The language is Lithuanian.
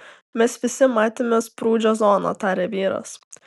mes visi matėme sprūdžio zoną tarė vyras